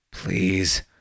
Please